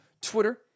Twitter